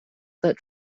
that